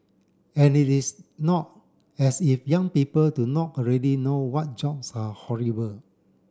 and it is not as if young people do not already know what jobs are horrible